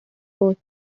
court